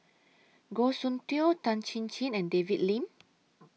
Goh Soon Tioe Tan Chin Chin and David Lim